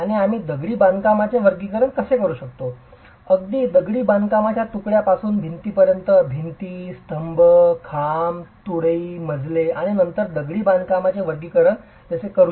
आणि आम्ही दगडी बांधकामाचे वर्गीकरण कसे करू शकतो अगदी दगडी बांधकामाच्या तुकड्यांपासून भिंतीपर्यंत भिंती स्तंभ खांब तुळई मजले आणि नंतर दगडी बांधकामांचे वर्गीकरण जसे वर्गीकरण करू